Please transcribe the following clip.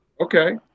Okay